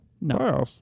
No